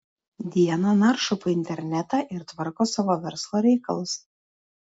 dieną naršo po internetą ir tvarko savo verslo reikalus